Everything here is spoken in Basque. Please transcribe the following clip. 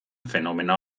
fenomeno